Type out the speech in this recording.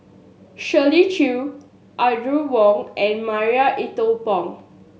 Shirley Chew Audrey Wong and Marie Ethel Bong